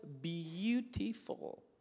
beautiful